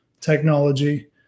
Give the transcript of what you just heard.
technology